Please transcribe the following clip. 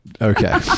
Okay